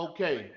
Okay